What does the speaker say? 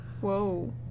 Whoa